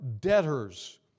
debtors